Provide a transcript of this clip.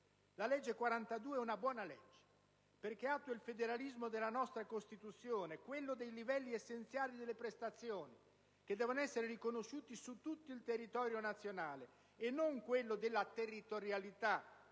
La legge n. 42 è una buona legge perché attua il federalismo della nostra Costituzione. Quello dei livelli essenziali delle prestazioni che devono essere riconosciuti su tutto il territorio nazionale, e non quello della territorialità del